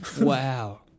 wow